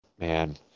man